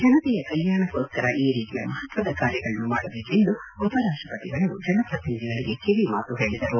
ಜನತೆಯ ಕಲ್ಟಾಣಕೋಸ್ತರ ಈ ರೀತಿಯ ಮಹತ್ವದ ಕಾರ್ಯಗಳನ್ನು ಮಾಡಬೇಕು ಎಂದು ಉಪರಾಪ್ಪಪತಿಗಳು ಜನಪ್ರತಿನಿಧಿಗಳಿಗೆ ಕಿವಿ ಮಾತು ಹೇಳಿದರು